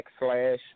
backslash